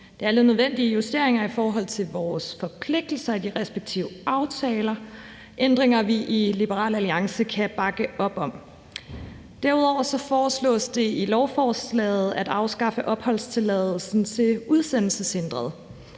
De er alle nødvendige justeringer i forhold til vores forpligtelser i henhold til de respektive aftaler. Det er ændringer, som vi i Liberal Alliance kan bakke op om. Derudover foreslås det med lovforslaget at afskaffe opholdstilladelsen til udsendelseshindrede,